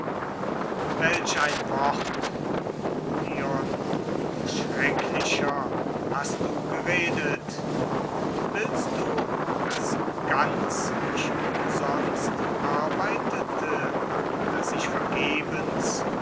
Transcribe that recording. welch ein wort kronion du schrecklicher hast du geredet willst du daß ganz ich umsonst arbeitete daß ich vergebens